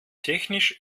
technisch